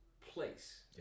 place